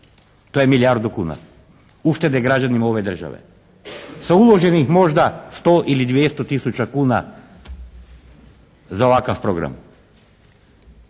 To je milijardu kuna ušteda građanima ove države. Sa uloženih možda 100 ili 200 tisuća kuna za ovakav program.